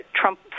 Trump